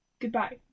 Goodbye